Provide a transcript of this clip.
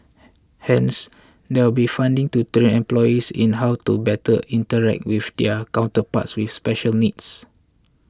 hence there'll be funding to train employees in how to better interact with their counterparts with special needs